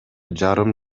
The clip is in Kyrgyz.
жарым